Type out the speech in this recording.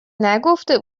نگفته